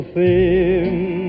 theme